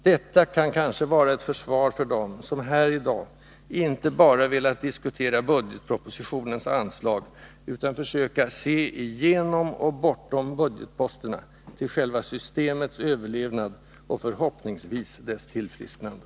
Detta kan kanske vara ett försvar för dem som här i dag velat inte bara diskutera budgetpropositionens anslag utan försöka se igenom och bortom budgetposterna till själva systemets överlevnad och, förhoppningsvis, dess tillfrisknande.